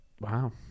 Wow